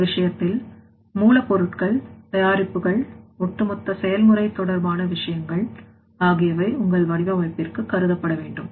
அந்த விஷயத்தில் மூலப்பொருட்கள் தயாரிப்புகள் ஒட்டுமொத்த செயல்முறை தொடர்பான விஷயங்கள் ஆகியவை உங்கள் வடிவமைப்பிற்கு கருதப்படவேண்டும்